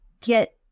get